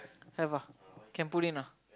have ah can put in ah